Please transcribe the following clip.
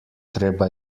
treba